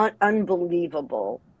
unbelievable